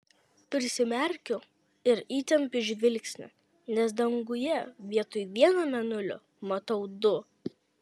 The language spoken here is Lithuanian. prisimerkiu ir įtempiu žvilgsnį nes danguje vietoj vieno mėnulio matau du